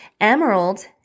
Emerald